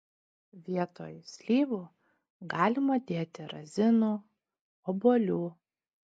vietoj slyvų galima dėti razinų obuolių